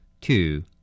two